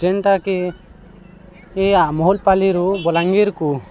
ଯେନ୍ଟାକି ଏ ଆ ମହୁଲ୍ପାଲିରୁ ବଲାଙ୍ଗୀର୍କୁ